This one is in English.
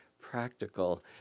practical